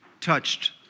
touched